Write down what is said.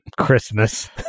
Christmas